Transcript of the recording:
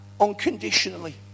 unconditionally